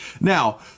Now